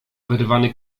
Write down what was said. wyrwany